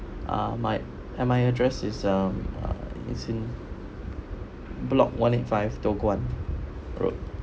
ah my and my address is uh it's in block one eight five toh guan road